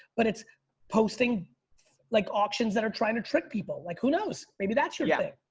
but it's posting like auctions that are trying to trick people like who knows, maybe that's your yeah thing.